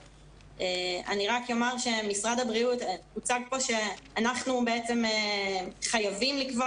רק אומר שמשרד הבריאות הוצג כמי שחייב לקבוע